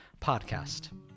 podcast